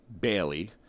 Bailey